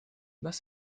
нас